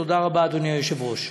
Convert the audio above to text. תודה רבה, אדוני היושב-ראש.